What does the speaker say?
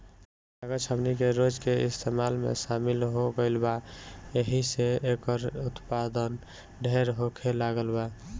कागज हमनी के रोज के इस्तेमाल में शामिल हो गईल बा एहि से एकर उत्पाद ढेर होखे लागल बा